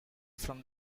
from